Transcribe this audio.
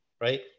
right